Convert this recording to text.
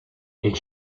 est